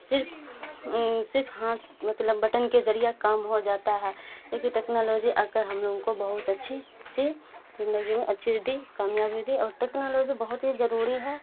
صرف صرف ہاتھ مطلب بٹن کے ذریعہ کام ہو جاتا ہے لیکی ٹیکنالوجی آ کر ہم لوگوں کو بہت اچھی سی زندگی میں اچھی دی کامیابی دی اور ٹیکنالوجی بہت ہی ضروری ہے